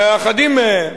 ואחדים מהם,